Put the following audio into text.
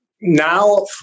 Now